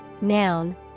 noun